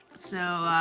so,